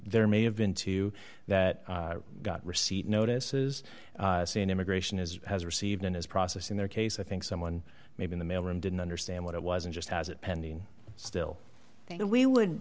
there may have been two that got receipt notices seeing immigration as has received and is processing their case i think someone may be in the mailroom didn't understand what it wasn't just as it pending still we would